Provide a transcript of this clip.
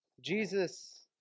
Jesus